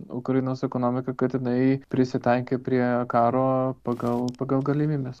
ukrainos ekonomiką kad jinai prisitaikė prie karo pagal pagal galimybes